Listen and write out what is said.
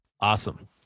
Awesome